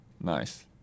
Nice